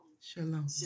Shalom